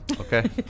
Okay